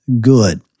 good